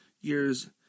years